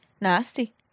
nasty